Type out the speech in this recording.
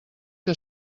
que